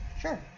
Sure